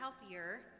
healthier